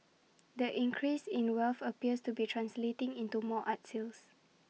that increase in wealth appears to be translating into more art sales